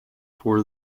for